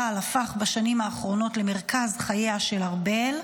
הפך בשנים האחרונות למרכז חייה של ארבל.